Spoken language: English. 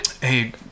hey